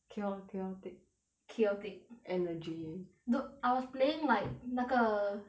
chao~ chaotic chaotic energy dude I was playing like 那个